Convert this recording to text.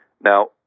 Now